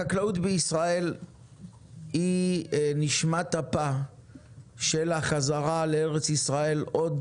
החקלאות בישראל היא נשמת אפה של החזרה לארץ ישראל עוד